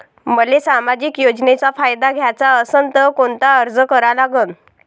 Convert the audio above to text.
मले सामाजिक योजनेचा फायदा घ्याचा असन त कोनता अर्ज करा लागन?